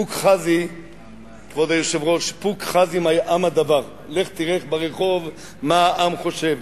"פוק חזי מאי עמא דבר" לך תראה ברחוב מה העם חושב.